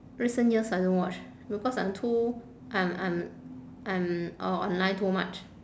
recent years I don't watch because I'm too I'm I'm I'm uh online too much